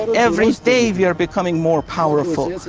every day they are becoming more powerful.